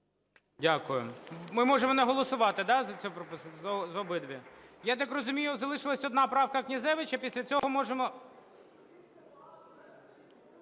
Дякую. Ми можемо не голосувати, да, за обидві? Я так розумію, залишилася одна правка Князевича, після цього можемо…